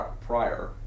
prior